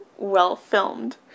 well-filmed